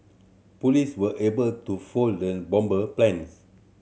police were able to foil the bomber plans